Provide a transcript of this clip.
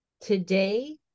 today